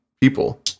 people